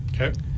okay